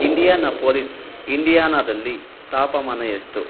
Indianapolis ಇಂಡಿಯಾನಾದಲ್ಲಿ ತಾಪಮಾನ ಎಷ್ಟು